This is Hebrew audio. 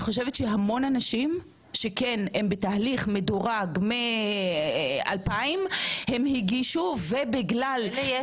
המון אנשים נמצאים בתהליך מדורג בשנת 2000. כאלה יש לי